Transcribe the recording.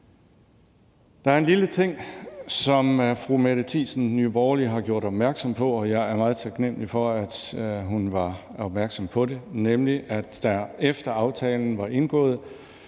Der er en lille ting, som fru Mette Thiesen fra Nye Borgerlige har gjort opmærksom på, og jeg er meget taknemlig for, at hun var opmærksom på det, nemlig at det, efter at aftalen var indgået,